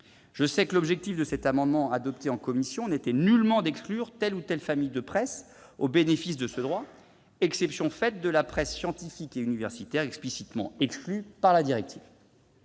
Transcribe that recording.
Je sais que l'objectif lors du dépôt de l'amendement adopté en commission n'était nullement d'exclure telle ou telle famille de presse du bénéfice de ce droit, exception faite de la presse scientifique et universitaire, explicitement exclue par la directive.